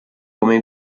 come